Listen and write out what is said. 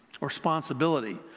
responsibility